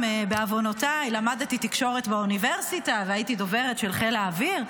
בעוונותיי למדתי גם תקשורת באוניברסיטה והייתי דוברת של חיל האוויר,